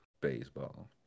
baseball